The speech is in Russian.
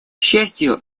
счастью